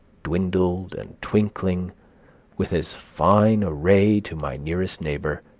dwindled and twinkling with as fine a ray to my nearest neighbor,